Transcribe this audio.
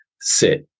sit